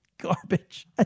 garbage